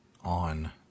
on